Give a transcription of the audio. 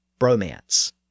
bromance